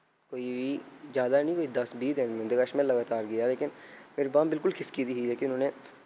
कोई ज्यादा निं कोई दस्स बीह् दिन उं'दे कच्छ में लगातार गेआ लेकिन मेरी बांह् बिल्कुल खिसकी दी ही लेकिन उ'नें